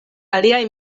aliaj